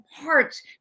parts